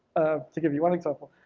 to give you one example,